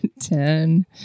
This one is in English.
Ten